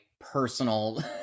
personal